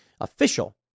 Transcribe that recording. official